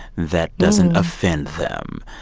that doesn't offend them,